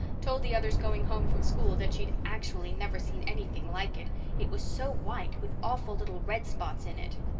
told the others going home from school that she'd acksually never seen anything like it it was so white, with awful little red spots in it.